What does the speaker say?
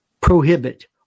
prohibit